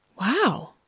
Wow